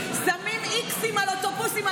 שמים איקסים על אוטובוסים,